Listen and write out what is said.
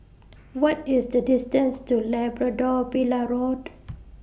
What IS The distance to Labrador Villa Road